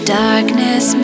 darkness